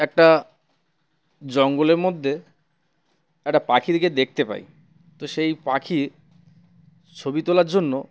একটা জঙ্গলের মধ্যে একটা পাখির দিকে দেখতে পাই তো সেই পাখির ছবি তোলার জন্য